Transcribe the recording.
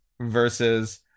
versus